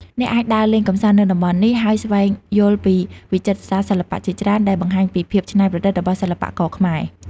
អ្នកអាចដើរលេងកម្សាន្តនៅតំបន់នេះ ហើយស្វែងយល់ពីវិចិត្រសាលសិល្បៈជាច្រើន ដែលបង្ហាញពីភាពច្នៃប្រឌិតរបស់សិល្បករខ្មែរ។